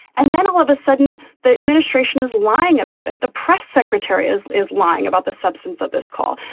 and then all of a sudden, the administration is lying about it. the press secretary is is lying about the substance of this call.